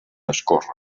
escórrer